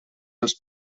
els